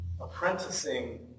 apprenticing